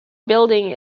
building